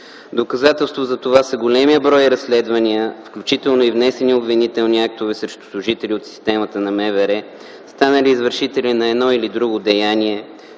Доказателство за това са големият брой разследвания, включително и внесени обвинителни актове срещу служители от системата на МВР, станали извършители на едно или друго деяние,